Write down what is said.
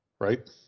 right